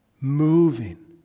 moving